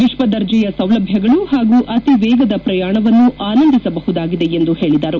ವಿಶ್ವದರ್ಜೆಯ ಸೌಲಭ್ಯಗಳು ಪಾಗೂ ಅತಿ ವೇಗದ ಪ್ರಯಾಣವನ್ನು ಆನಂದಿಸಬಹುದಾಗಿದೆ ಎಂದು ಹೇಳಿದರು